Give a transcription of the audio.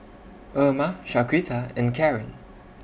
Erma Shaquita and Karren